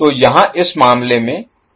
तो यहाँ इस मामले में P 12 I स्क्वायर R होगा